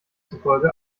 zufolge